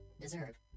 deserve